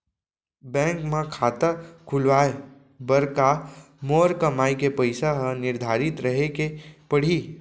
Bank म खाता खुलवाये बर का मोर कमाई के पइसा ह निर्धारित रहे के पड़ही?